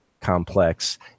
complex